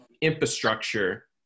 infrastructure